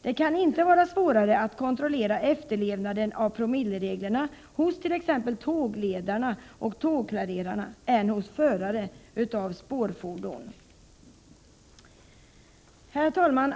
Det kan inte vara svårare att kontrollera efterlevnaden av promillereglerna hos t.ex. tågledare och tågklarerare än hos förare av spårfordon. Herr talman!